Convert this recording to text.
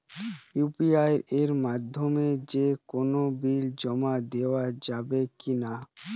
UPI এর মাধ্যমে যে কোনো বিল জমা দেওয়া যাবে কি না?